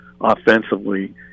offensively